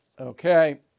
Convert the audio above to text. Okay